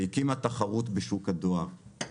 והקימה תחרות בשוק הדואר.